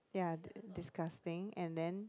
ya d~ disgusting and then